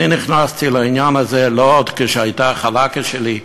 אני נכנסתי לעניין הזה לא כשהייתה ה"חלאקה" שלי,